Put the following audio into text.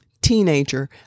teenager